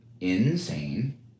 insane